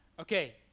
Okay